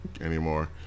anymore